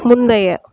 முந்தைய